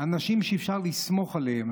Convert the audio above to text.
אנשים שאפשר לסמוך עליהם.